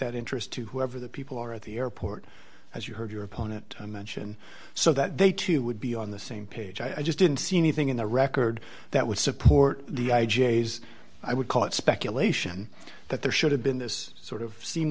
that interest to whoever the people are at the airport as you heard your opponent mention so that they too would be on the same page i just didn't see anything in the record that would support the i j s i would call it speculation that there should have been this sort of